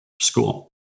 school